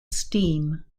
steam